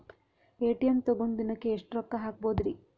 ATM ತಗೊಂಡ್ ದಿನಕ್ಕೆ ಎಷ್ಟ್ ರೊಕ್ಕ ಹಾಕ್ಬೊದ್ರಿ?